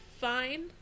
fine